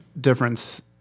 difference